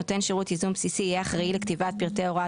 נותן שירות יזום בסיסי יהיה אחראי לכתיבת פרטי הוראת